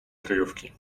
kryjówki